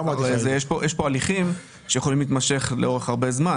י ש כאן הליכים שיכולים להתמשך לאורך זמן